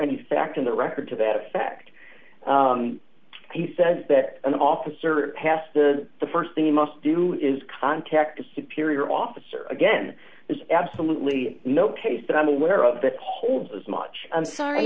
any fact in the record to that effect he says that an officer passed the the first thing you must do is contact a superior officer again there's absolutely no case that i'm aware of that holds as much i'm sorry